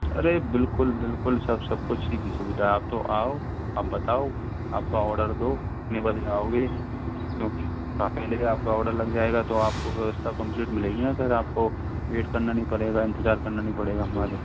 अरे बिल्कुल बिल्कुल सब सब कुछ की सुविधा है आप तो आओ आप बताओ आपका ऑर्डर दो कितने बजे आओगे पहले से आपका ऑर्डर लग जाएगा तो आपको व्यवस्था कम्प्लीट मिलेगी ना सर आपको वैट करना नहीं पड़ेगा इंतजार करना नहीं पड़ेगा